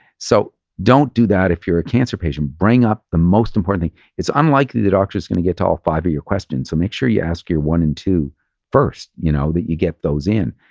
so don't do that if you're a cancer patient, bring up the most important thing. it's unlikely the doctor is going to get to all five of your questions. so make sure you ask your one and two first, you know that you get those in.